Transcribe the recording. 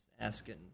asking